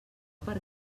per